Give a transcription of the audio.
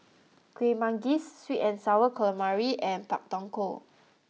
Kueh Manggis Sweet and Sour Calamari and Pak Thong Ko